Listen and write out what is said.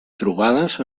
trobades